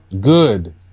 Good